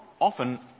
often